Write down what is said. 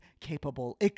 capable